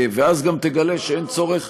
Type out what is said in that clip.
אז למה לא עושים את זה?